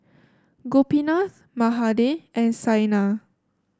Gopinath Mahade and Saina